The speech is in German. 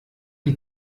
die